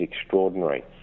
extraordinary